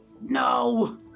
No